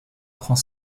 prend